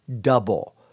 double